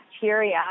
bacteria